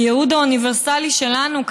הייעוד האוניברסלי שלנו,